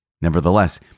Nevertheless